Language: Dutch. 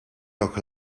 nog